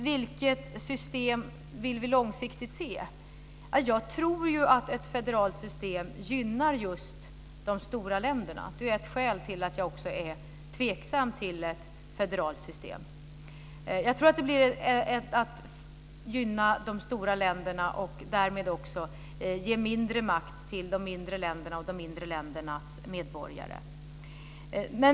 Vilket system vill vi då långsiktigt se? Jag tror att ett federalt system gynnar just de stora länderna. Det är ett skäl till att jag också är tveksam till ett federalt system. Jag tror att det gynnar de stora länderna, och därmed också ger mindre makt till de mindre länderna och deras medborgare.